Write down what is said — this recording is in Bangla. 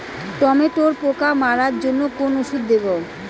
টমেটোর পোকা মারার জন্য কোন ওষুধ দেব?